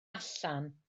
allan